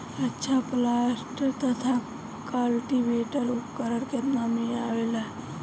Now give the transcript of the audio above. अच्छा प्लांटर तथा क्लटीवेटर उपकरण केतना में आवेला?